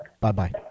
Bye-bye